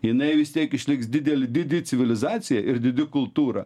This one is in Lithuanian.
jinai vis tiek išliks didelė didi civilizacija ir didi kultūra